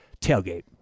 TAILGATE